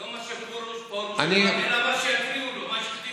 מה שיקריאו לו, מה שהכתיבו לו.